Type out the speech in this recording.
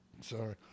Sorry